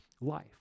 life